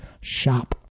shop